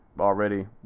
already